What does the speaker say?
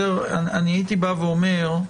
הייתי אומר,